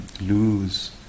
lose